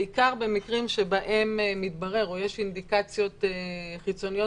בעיקר במקרים שבהם מתברר או יש אינדיקציות חיצוניות